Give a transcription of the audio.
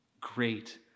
great